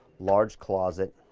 large closet.